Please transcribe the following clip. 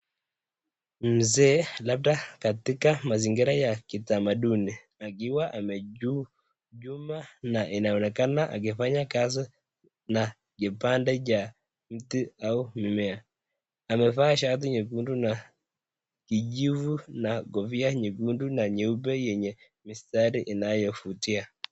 Mzee labda katika mazingira ya kitamaduni akiwa kwenye jumba na anaonekana akifanya kazi na kipande cha mti au mimea amevaa shati nyekundu na kijivu na kofia nyekundu na nyeupe yenye mistari inayovutia.